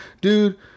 Dude